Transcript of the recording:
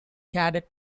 cadet